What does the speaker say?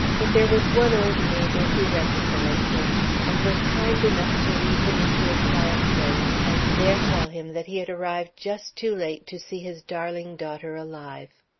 but there was one old neighbor who recognized him and was kind enough to lead him into a quiet place, and there tell him that he had arrived just too late to see his darling daughter alive.